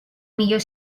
millor